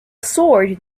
sword